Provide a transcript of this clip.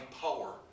power